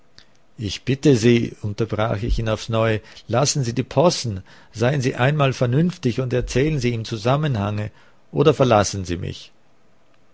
ich bitte sie unterbrach ich ihn aufs neue lassen sie die possen sein sie einmal vernünftig und erzählen sie im zusammenhange oder verlassen sie mich